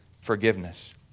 forgiveness